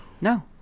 No